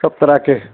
सब तरह के